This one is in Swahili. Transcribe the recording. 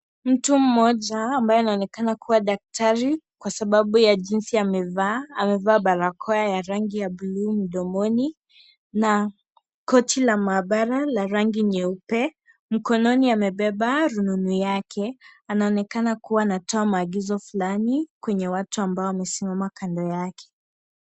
Mtu mmoja ambaye anaonekana kuwa daktari kwa sababu ya jinsi amevaa amevaa barakoa ya rangi ya blu mdomoni na koti la maabara la rangi nyeupe mkononi amebeba rununu yake , anaonekana kuwa anatoa maagizo fulani kwenye watu ambao wamesimama kando yake .